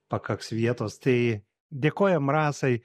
pakaks vietos tai dėkojam rasai